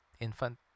Infant